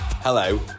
Hello